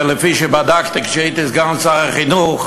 ולפי מה שבדקתי כשהייתי סגן שר החינוך